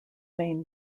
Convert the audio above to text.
main